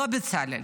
לא, בצלאל.